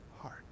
heart